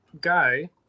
Guy